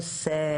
בבקשה.